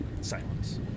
Silence